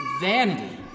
vanity